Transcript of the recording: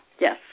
Yes